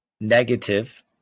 negative